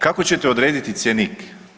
Kako ćete odrediti cjenik?